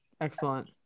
Excellent